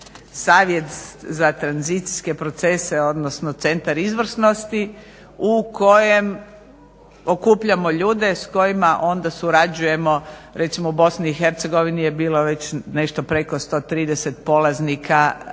Savjet za tranzicijske procese, odnosno Centar izvrsnosti u kojem okupljamo ljude s kojima onda surađujemo. Recimo u BiH je bilo već nešto preko 130 polaznika